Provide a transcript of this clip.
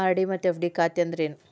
RD ಮತ್ತ FD ಖಾತೆ ಅಂದ್ರೇನು